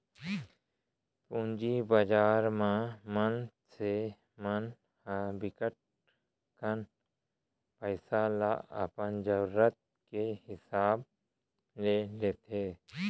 पूंजी बजार म मनसे मन ह बिकट कन पइसा ल अपन जरूरत के हिसाब ले लेथे